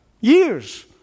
years